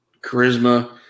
charisma